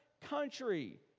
country